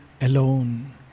Alone